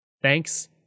Thanks